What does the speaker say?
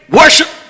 worship